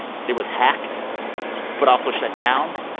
it was hacked but also shut down.